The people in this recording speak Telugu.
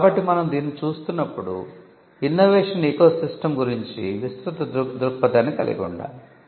కాబట్టి మనం దీనిని చూస్తున్నప్పుడు ఇన్నోవేషన్ ఎకోసిస్టమ్ గురించి విస్తృత దృక్పథాన్ని కలిగి ఉండాలి